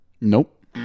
Nope